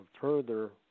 further